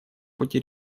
пути